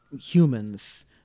humans